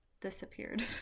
disappeared